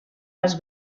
pels